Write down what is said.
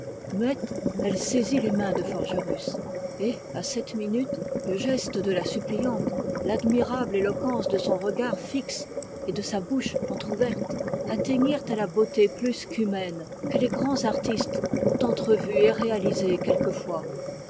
elle saisit les mains de forgerus et à cette minute le geste de la suppliante l'admirable éloquence de son regard fixe et de sa bouche entrouverte atteignirent à la beauté surhumaine que les grands artistes ont entrevue et réalisée quelquefois